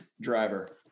driver